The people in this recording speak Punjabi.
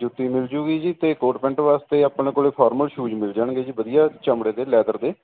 ਜੁੱਤੀ ਮਿਲ ਜੂਗੀ ਜੀ ਤੇ ਕੋਟ ਪੈੱਟ ਵਾਸਤੇ ਆਪਣੇ ਕੋਲ ਫਾਰਮਰ ਸ਼ੂਜ ਮਿਲ ਜਾਣਗੇ ਜੀ ਵਧੀਆ ਚਮੜੇ ਦੇ ਲੈਦਰ ਦੇ